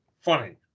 Funny